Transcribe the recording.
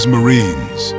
Marines